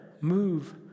move